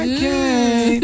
Okay